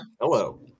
hello